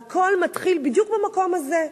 והכול מתחיל בדיוק במקום הזה: